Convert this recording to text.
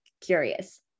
curious